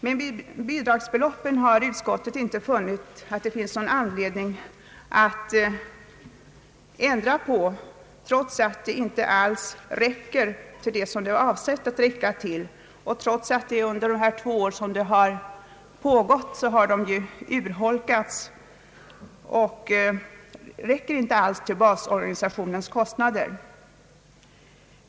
Men bidragsbeloppen har utskottet inte funnit någon anledning att ändra på, trots att de inte alls täcker vad de är avsedda för och trots att de under dessa två år har urholkats och inte alls räcker till basorganisationens kostnader.